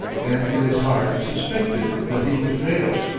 and in his heart suspected that he would fail.